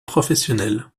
professionnel